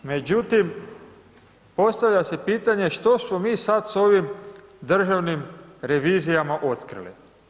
Međutim, postavlja se pitanje, što smo mi sad s ovim državnim revizijama otkrili?